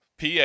PA